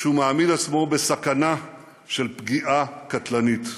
שהוא מעמיד עצמו בסכנה של פגיעה קטלנית.